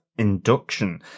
induction